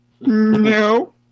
No